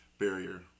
barrier